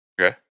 Okay